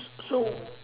so